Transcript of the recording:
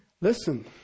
Listen